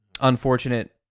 Unfortunate